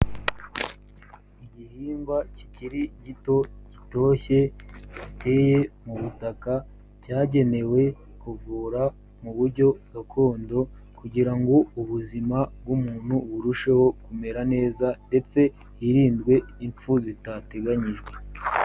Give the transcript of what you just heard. Igihingwa kikiri gito gitoshye, giteye mu butaka cyagenewe kuvura mu buryo gakondo kugira ngo ubuzima bw'umuntu burusheho kumera neza ndetse hirindwe imfu zitateganyijwe.